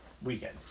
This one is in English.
weekend